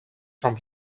from